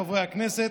חברי הכנסת.